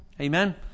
Amen